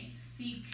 Seek